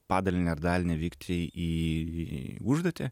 padalinį ar dalinį vykti į užduotį